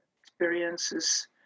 experiences